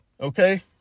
okay